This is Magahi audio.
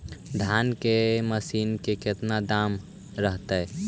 धान की मशीन के कितना दाम रहतय?